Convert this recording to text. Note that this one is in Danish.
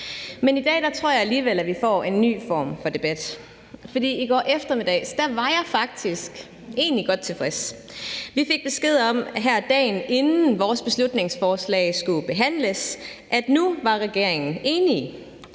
Men i dag tror jeg alligevel vi får en ny form for debat. For i går eftermiddags var jeg egentlig godt tilfreds. Vi fik besked om, her dagen inden vores beslutningsforslag skulle behandles, at nu var regeringen enige.